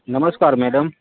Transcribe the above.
નમસ્કાર મેડમ